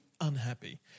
unhappy